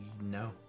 no